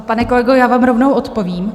Pane kolego, já vám rovnou odpovím.